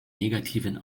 negativen